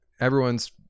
everyone's